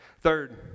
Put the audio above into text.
Third